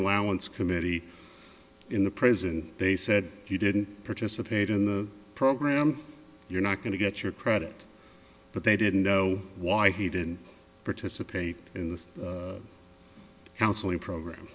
allowance committee in the present they said you didn't participate in the program you're not going to get your credit but they didn't know why he didn't participate in the counseling program